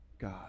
God